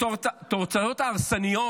את התוצאות ההרסניות